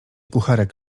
kucharek